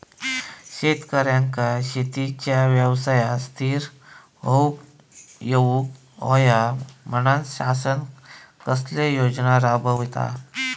शेतकऱ्यांका शेतीच्या व्यवसायात स्थिर होवुक येऊक होया म्हणान शासन कसले योजना राबयता?